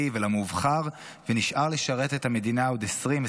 ולמובחר ונשאר לשרת את המדינה עוד 20,